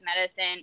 medicine